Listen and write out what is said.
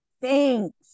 Thanks